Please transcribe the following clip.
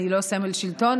אני לא סמל שלטון,